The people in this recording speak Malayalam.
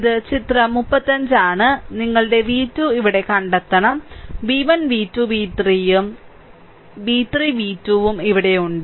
ഇത് ചിത്രം 35 ആണ് നിങ്ങളുടെ v 2 ഇവിടെ കണ്ടെത്തണം v 1 v 2 v3 ഉം v3 v2 ഉം ഇവിടെയുണ്ട്